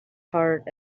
heart